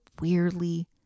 weirdly